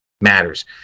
matters